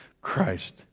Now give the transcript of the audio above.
Christ